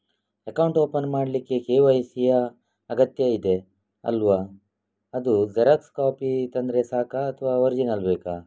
Account open ಮಾಡ್ಲಿಕ್ಕೆ KYC ಯಾ ಅಗತ್ಯ ಇದೆ ಅಲ್ವ ಅದು ಜೆರಾಕ್ಸ್ ಕಾಪಿ ತಂದ್ರೆ ಸಾಕ ಅಥವಾ ಒರಿಜಿನಲ್ ಬೇಕಾ?